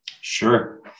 Sure